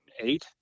eight